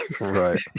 Right